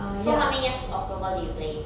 so how many years of floorball did you play